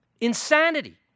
Insanity